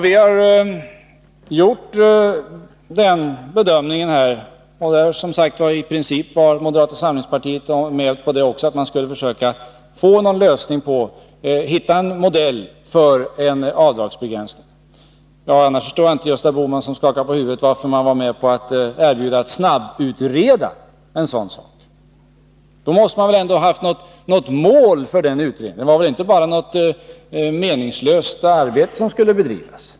Vi har gjort den bedömningen — och moderata samlingspartiet var som sagt i princip med på det — att man skulle försöka hitta en modell för avdragsbegränsning. Gösta Bohman skakar på huvudet, men jag förstår inte varför moderaterna annars erbjöd sig att vara med på att snabbutreda en sådan sak. Man måste väl ha haft något mål för den utredningen, Det var väl inte ett meningslöst arbete som skulle bedrivas?